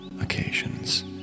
occasions